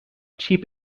cheap